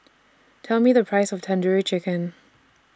Tell Me The Price of Tandoori Chicken